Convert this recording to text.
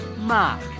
Mark